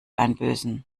einbüßen